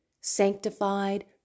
sanctified